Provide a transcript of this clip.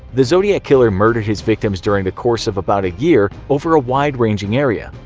the zodiac killer murdered his victims during the course of about a year, over a wide ranging area.